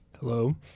Hello